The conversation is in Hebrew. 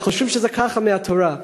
חושבים שזה ככה מהתורה,